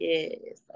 Yes